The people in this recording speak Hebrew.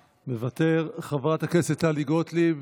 מוותר, חברת הכנסת טלי גוטליב,